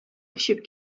очып